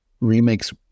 remakes